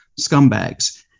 scumbags